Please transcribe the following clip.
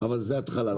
זו התחלה.